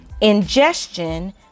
Ingestion